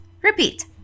Repeat